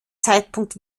zeitpunkt